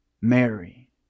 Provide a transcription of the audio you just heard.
Mary